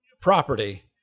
property